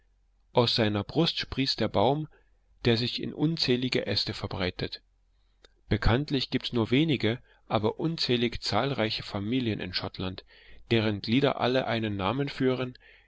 aus seiner brust sprießt der baum der sich in unzählige äste verbreitet bekanntlich gibt's nur wenige aber unendlich zahlreiche familien in schottland deren glieder alle einen namen führen